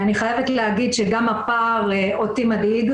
אני חייבת להגיד שגם אותי מדאיג הפער,